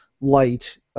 light